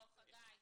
חגי,